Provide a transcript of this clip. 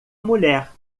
mulher